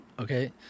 Okay